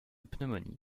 pneumonie